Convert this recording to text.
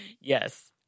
Yes